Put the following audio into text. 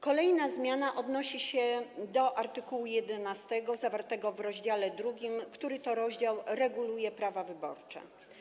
Kolejna zmiana odnosi się do art. 11 zawartego w rozdziale 2, który to rozdział reguluje prawa wyborcze.